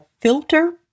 filter